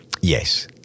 yes